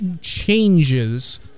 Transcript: changes